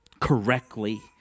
correctly